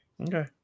Okay